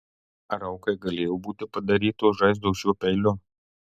ar aukai galėjo būti padarytos žaizdos šiuo peiliu